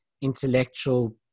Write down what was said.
intellectual